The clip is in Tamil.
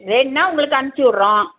வேணுன்னா உங்களுக்கு அனுப்புச்சு விட்றோம்